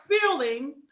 feeling